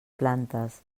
plantes